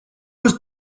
was